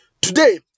Today